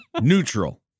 Neutral